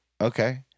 Okay